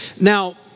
Now